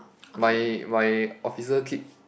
my my officer keep